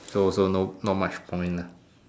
so so no not much point lah